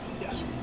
Yes